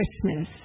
Christmas